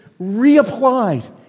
reapplied